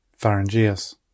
pharyngeus